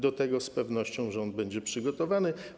Do tego z pewnością rząd będzie przygotowany.